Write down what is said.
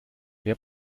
wer